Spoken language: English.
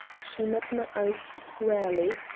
she met my eyes squarely,